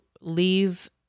leave